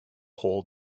whole